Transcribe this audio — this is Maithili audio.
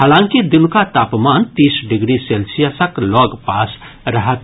हालांकि दिनुका तापमान तीस डिग्री सेल्सियसक लऽगपास रहत